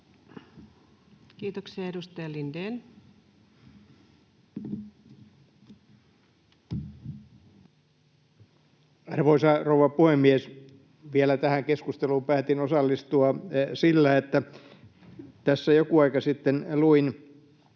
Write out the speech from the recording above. Time: 20:10 Content: Arvoisa rouva puhemies! Vielä tähän keskusteluun päätin osallistua sillä, että tässä joku aika sitten luin